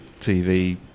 TV